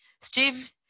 Steve